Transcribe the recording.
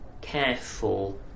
careful